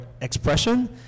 expression